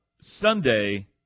Sunday